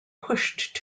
pushed